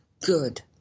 good